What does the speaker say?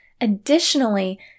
Additionally